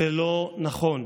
זה לא נכון.